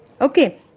Okay